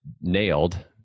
nailed